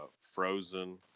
Frozen